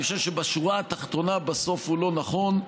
אני חושב שבשורה התחתונה, בסוף, הוא לא נכון.